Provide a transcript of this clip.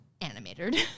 animated